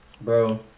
Bro